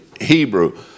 Hebrew